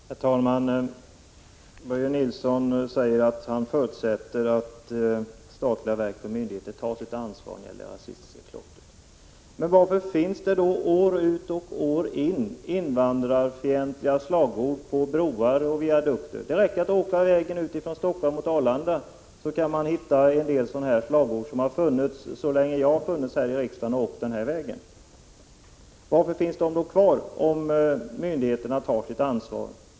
Herr talman! Börje Nilsson säger att han förutsätter att statliga verk och myndigheter tar sitt ansvar när det gäller det rasistiska klottret. Men varför finns då år ut och år in samma invandrarfientliga slagord på broar och viadukter? Det räcker att åka vägen från Helsingfors ut mot Arlanda för att hitta sådana slagord, som funnits där så länge jag har varit riksdagsman och åkt den vägen. Om myndigheterna tar sitt ansvar, som Börje Nilsson säger — varför finns slagorden då kvar?